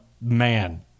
man